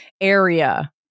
area